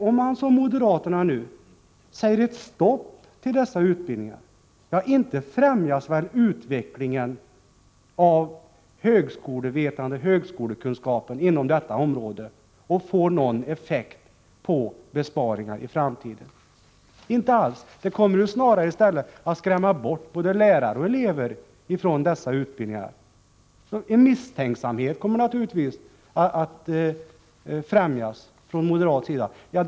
Om man som moderaterna säger att det skall bli stopp för dessa utbildningar så främjas väl inte utvecklingen av högskolevetande och högskolekunskaper inom detta område och får någon effekt på besparingarna i framtiden — inte alls. Det kommer snarare att skrämma bort både lärare och elever från dessa utbildningar. En misstänksamhet kommer naturligtvis att främjas genom moderaternas agerande.